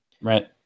Right